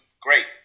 great